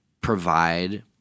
provide